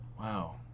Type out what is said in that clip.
Wow